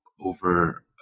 over